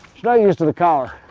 not used to the collar.